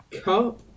cup